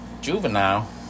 Juvenile